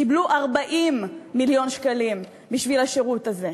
קיבלו 40 מיליון שקלים בשביל השירות הזה.